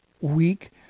week